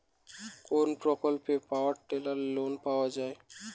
কোন প্রকল্পে power tiller লোনে পাওয়া য়ায়?